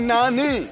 Nani